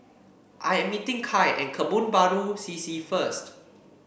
I am meeting Kai at Kebun Baru C C first